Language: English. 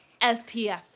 SPF